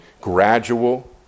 gradual